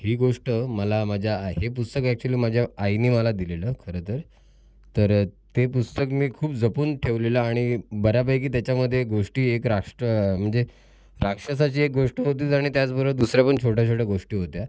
ही गोष्ट मला माझ्या हे पुस्तक ॲक्च्युली माझ्या आईने मला दिलेलं खरंतर तर ते पुस्तक मी खूप जपून ठेवलेलं आणि बऱ्यापैकी त्याच्यामध्ये गोष्टी एक राष्ट्र म्हणजे राक्षसाची एक गोष्ट होतीच आणि त्याचबरोबर दुसऱ्या पण छोट्या छोट्या गोष्टी होत्या